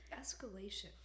Escalation